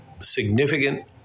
significant